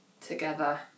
Together